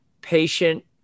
patient